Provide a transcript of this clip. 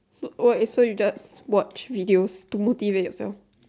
what so you just watch video to motivate